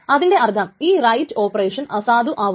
അതിനർത്ഥം T യെ x നെ വായിക്കുവാൻ അനുവദിക്കും